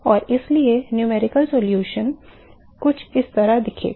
और इसलिए संख्यात्मक समाधान कुछ इस तरह दिखेगा